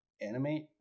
animate